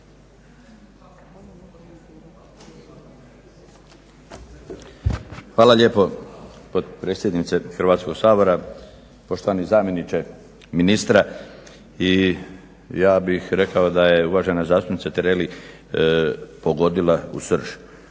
Hvala lijepo potpredsjednice Hrvatskog sabora, poštovani zamjeniče ministra. I ja bih rekao da je uvažena zastupnica Tireli pogodila u srž.